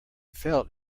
felt